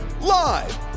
Live